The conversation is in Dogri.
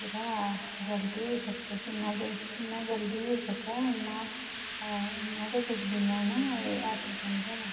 ते थोह्ड़ा जल्दी होई सकै जिन्ना जल्दी होई सकै उन्ना गै जल्दी में ना आटो चाहिदा ऐ